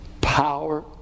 power